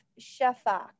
Shafak